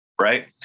Right